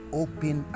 open